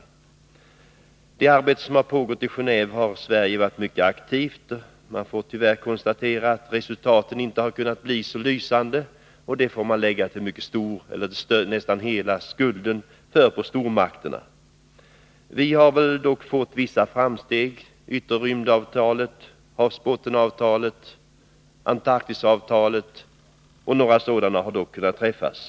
27 maj 1982 I det arbete som pågått i Genåve har Sverige varit mycket aktivt. Man får tyvärr konstatera att resultaten inte har kunnat bli så lysande, och man får Nedrästnin g m.m. lägga nästan hela skulden för detta på stormakterna. Vi har dock fått vissa framsteg — avtalet om yttre rymden, havsbottenavtalet, Antarktisavtalet och några andra sådana avtal har kunnat träffas.